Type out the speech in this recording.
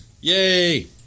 Yay